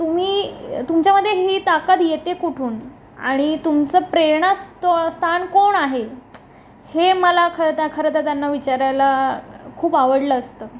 तुम्ही तुमच्यामध्ये ही ताकद येते कुठून आणि तुमचं प्रेरणा स्ता स्थान कोण आहे हे मला खरंत खरंतर त्यांना विचारायला खूप आवडलं असतं